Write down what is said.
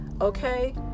okay